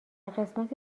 قسمت